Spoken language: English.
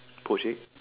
poached